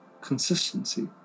consistency